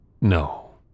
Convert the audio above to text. No